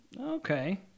okay